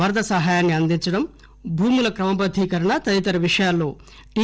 వరద సహాయాన్ని అందించడం భూముల క్రమబద్దీకరణ తదితర విషయాల్లో టి